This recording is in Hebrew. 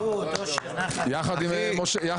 נועה.